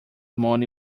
money